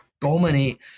dominate